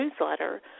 newsletter